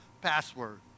password